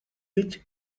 which